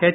H